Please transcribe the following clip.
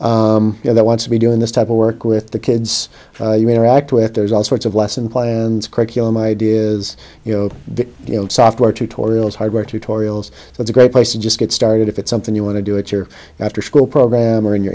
educator you know they want to be doing this type of work with the kids you interact with there's all sorts of lesson plans curriculum ideas you know you know software tutorials hardware tutorials that's a great place to just get started if it's something you want to do it your afterschool program or in your